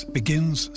begins